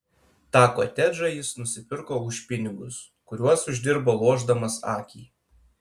tą kotedžą jis nusipirko už pinigus kuriuos uždirbo lošdamas akį